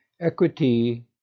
equity